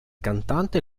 cantante